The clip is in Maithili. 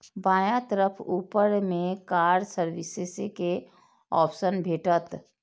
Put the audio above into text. बायां तरफ ऊपर मे कार्ड सर्विसेज के ऑप्शन भेटत